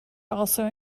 also